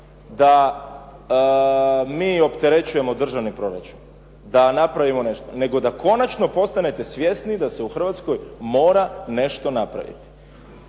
da mi opterećujemo državni proračun, da napravimo nešto nego da konačno postanete svjesni da se u Hrvatskoj mora nešto napraviti.